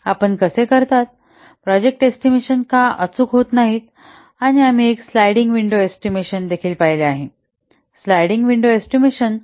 आपण कसे करतात प्रोजेक्ट एस्टिमेशन का अचूक होत नाहीत आणि आम्ही एक स्लायडिंग विंडो एस्टिमेशन देखील पाहिले आहे स्लायडिंग विंडो एस्टिमेशन